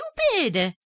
stupid